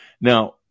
Now